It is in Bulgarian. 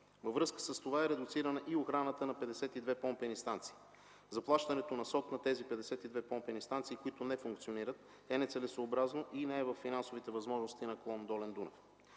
Във връзка с това е редуцирана и охраната на 52 помпени станции. Заплащането на СОТ на тези 52 помпени станции, които не функционират, е нецелесъобразно и не е във финансовите възможности на клон „Долен Дунав”.